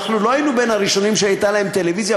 אנחנו לא היינו בין הראשונים בשכונה שהייתה להם טלוויזיה.